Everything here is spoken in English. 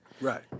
Right